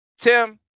Tim